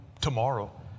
tomorrow